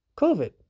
COVID